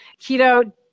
Keto